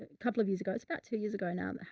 couple of years ago, it's about two years ago now.